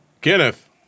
Kenneth